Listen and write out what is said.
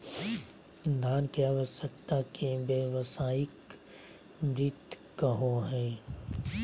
धन के आवश्यकता के व्यावसायिक वित्त कहो हइ